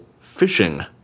fishing